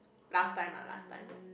last time lah last time